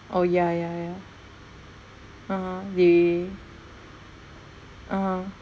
oh ya ya ya (uh huh) they (uh huh)